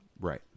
Right